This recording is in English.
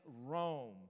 Rome